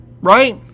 Right